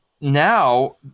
now